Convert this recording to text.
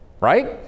right